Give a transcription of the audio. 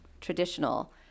traditional